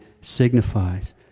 signifies